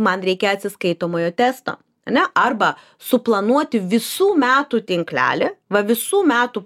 man reikia atsiskaitomojo testo ar ne arba suplanuoti visų metų tinklelį va visų metų